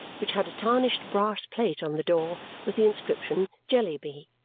which had a tarnished brass plate on the door with the inscription jellyby.